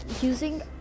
using